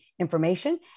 information